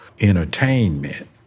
entertainment